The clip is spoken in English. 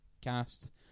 cast